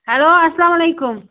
hello اَلسلامُ علیکُم